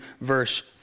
verse